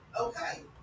okay